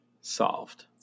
solved